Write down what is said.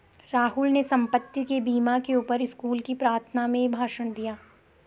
राहुल ने संपत्ति के बीमा के ऊपर स्कूल की प्रार्थना में भाषण दिया